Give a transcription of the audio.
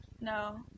no